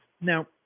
Now